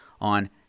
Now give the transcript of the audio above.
on